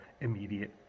immediate